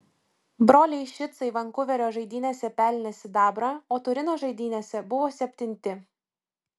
broliai šicai vankuverio žaidynėse pelnė sidabrą o turino žaidynėse buvo septinti